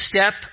step